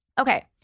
Okay